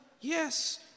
Yes